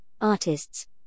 artists